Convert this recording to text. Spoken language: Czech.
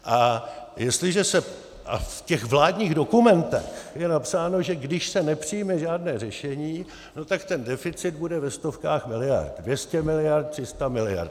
A v těch vládních dokumentech je napsáno, že když se nepřijme žádné řešení, no tak ten deficit bude ve stovkách miliard 200 miliard, 300 miliard.